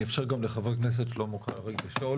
אני אאפשר גם לחבר הכנסת שלמה קרעי לשאול